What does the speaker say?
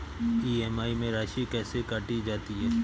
EMI में राशि कैसे काटी जाती है?